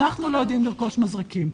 אנחנו לא יודעים לרכוש מזרקים.